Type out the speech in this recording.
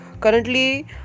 Currently